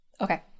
Okay